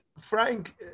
frank